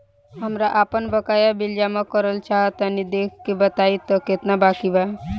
हमरा आपन बाकया बिल जमा करल चाह तनि देखऽ के बा ताई केतना बाकि बा?